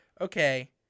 Okay